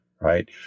right